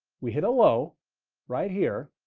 we hit a low right here